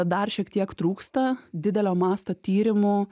dar šiek tiek trūksta didelio masto tyrimų